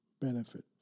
benefit